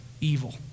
evil